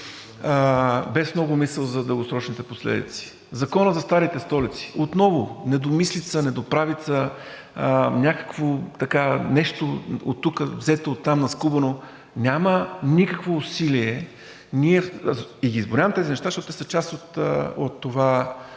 без много мисъл за дългосрочните последици. Законът за старите столици – отново недомислица, недоправица, някакво нещо оттук взето, оттам наскубано. Няма никакво усилие. И ги изброявам тези неща, защото те са част от този